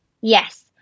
Yes